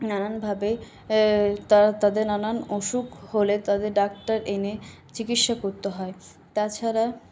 নানানভাবে তারা তাদের নানান অসুখ হলে তাদের ডাক্তার এনে চিকিৎসা করতে হয় তাছাড়া